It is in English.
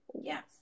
Yes